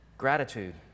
Gratitude